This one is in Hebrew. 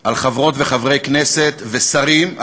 על חברות וחברי כנסת ושרים,